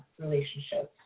relationships